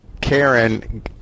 Karen